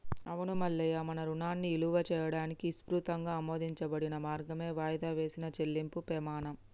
అవును మల్లయ్య మన రుణాన్ని ఇలువ చేయడానికి ఇసృతంగా ఆమోదించబడిన మార్గమే వాయిదా వేసిన చెల్లింపుము పెమాణం